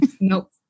Nope